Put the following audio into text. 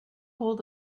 hold